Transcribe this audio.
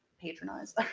patronize